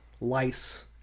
lice